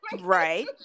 Right